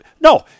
No